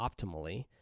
optimally